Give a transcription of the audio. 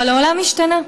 אבל העולם השתנה.